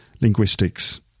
linguistics